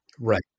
Right